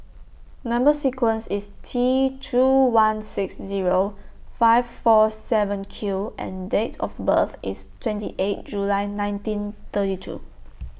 Number sequence IS T two one six Zero five four seven Q and Date of birth IS twenty eighth July nineteen thirty two